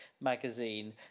magazine